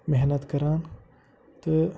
محنت کَران تہٕ